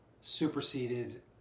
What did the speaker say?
superseded